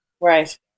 Right